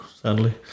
sadly